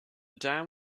dam